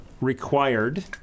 required